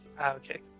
Okay